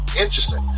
Interesting